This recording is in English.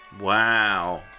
Wow